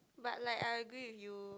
but like I agree with you